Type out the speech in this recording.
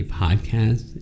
podcast